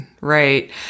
right